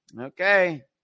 Okay